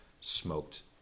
smoked